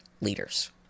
leaders